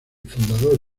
fundador